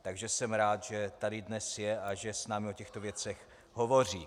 Takže jsem rád, že tady dnes je a že s námi o těchto věcech hovoří.